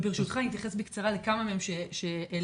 וברשותך, אני אתייחס בקצרה לכמה מהם שהעלינו.